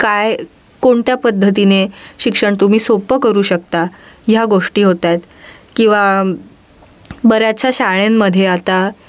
काय कोणत्या पद्धतीने शिक्षण तुम्ही सोपं करू शकता ह्या गोष्टी होत आहेत किंवा बऱ्याचशा शाळेमध्ये आता